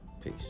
Peace